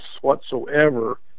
whatsoever